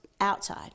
outside